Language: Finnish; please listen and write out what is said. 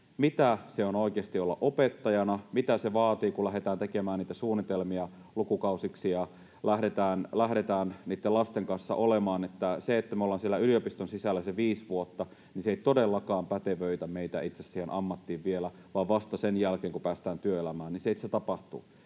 mitä se oikeasti on olla opettajana, mitä se vaatii, kun lähdetään tekemään niitä suunnitelmia lukukausiksi ja lähdetään niitten lasten kanssa olemaan. Se, että me olemme siellä yliopiston sisällä sen viisi vuotta, ei todellakaan pätevöitä meitä itse asiassa siihen ammattiin vielä, vaan vasta sen jälkeen, kun päästään työelämään, niin sitten se tapahtuu.